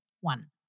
One